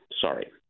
Sorry